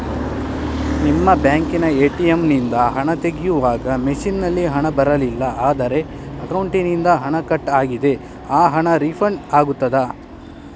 ನಿಮ್ಮ ಬ್ಯಾಂಕಿನ ಎ.ಟಿ.ಎಂ ನಿಂದ ಹಣ ತೆಗೆಯುವಾಗ ಮಷೀನ್ ನಲ್ಲಿ ಹಣ ಬರಲಿಲ್ಲ ಆದರೆ ಅಕೌಂಟಿನಿಂದ ಹಣ ಕಟ್ ಆಗಿದೆ ಆ ಹಣ ರೀಫಂಡ್ ಆಗುತ್ತದಾ?